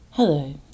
Hello